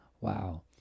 Wow